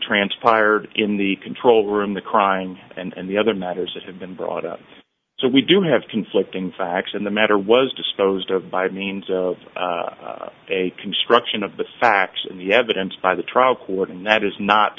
transpired in the control room the crime and the other matters that have been brought out so we do have conflicting facts in the matter was disposed of by means of a construction of the facts in the evidence by the trial court and that is not